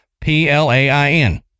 P-L-A-I-N